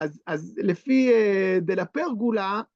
‫אז לפי דלפרגולה...